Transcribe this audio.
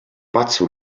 pazzo